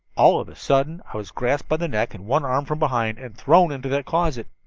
all of a sudden i was grasped by the neck and one arm from behind, and thrown into that closet.